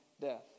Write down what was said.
death